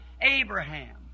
Abraham